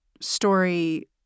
story